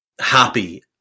happy